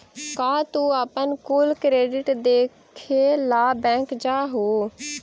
का तू अपन कुल क्रेडिट देखे ला बैंक जा हूँ?